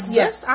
yes